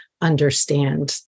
understand